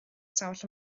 ystafell